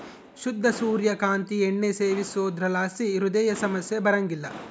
ಶುದ್ಧ ಸೂರ್ಯ ಕಾಂತಿ ಎಣ್ಣೆ ಸೇವಿಸೋದ್ರಲಾಸಿ ಹೃದಯ ಸಮಸ್ಯೆ ಬರಂಗಿಲ್ಲ